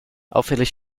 auffällig